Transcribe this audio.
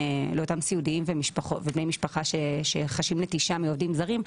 סיעודיים ובני משפחה שחשים נטישה מעובדים זרים.